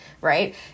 right